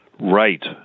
Right